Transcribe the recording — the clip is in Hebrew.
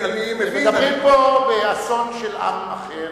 מדברים פה באסון של עם אחר,